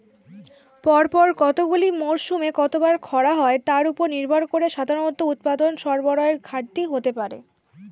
পরপর কতগুলি মরসুমে কতবার খরা হয় তার উপর নির্ভর করে সাধারণত উৎপাদন সরবরাহের ঘাটতি হতে পারে